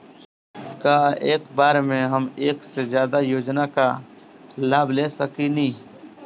का एक बार में हम एक से ज्यादा योजना का लाभ ले सकेनी?